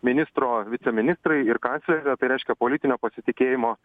ministro viceministrai ir kanclerė o tai reiškia politinio pasitikėjimo